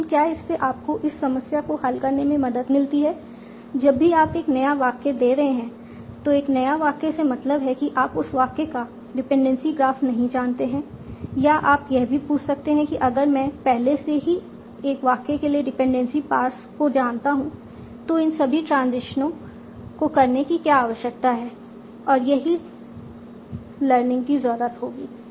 लेकिन क्या इससे आपको इस समस्या को हल करने में मदद मिलती है जब भी आप एक नया वाक्य दे रहे हैं तो एक नया वाक्य से मेरा मतलब है कि आप उस वाक्य का डिपेंडेंसी ग्राफ नहीं जानते हैं या आप यह भी पूछ सकते हैं कि अगर मैं पहले से ही एक वाक्य के लिए डिपेंडेंसी पार्स को जानता हूं तो इन सभी ट्रांजिशनों को करने की क्या आवश्यकता है और यही लर्निंग की जरूरत होगी